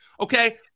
Okay